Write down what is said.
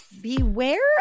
beware